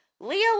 leo